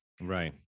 Right